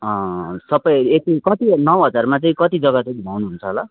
सबै यति कति नौ हजारमा चाहिँ कति जग्गा चाहिँ घुमाउनु हुन्छ होला